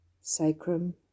sacrum